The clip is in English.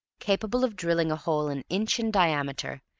capable of drilling a hole an inch in diameter,